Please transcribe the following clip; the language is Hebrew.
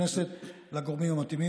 לך מפה.